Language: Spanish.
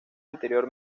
anterior